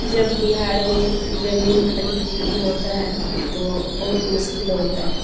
जब बिहार में ज़मीन ख़रीद बिक्री होती है तो बहुत मुश्किल होती है